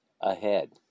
ahead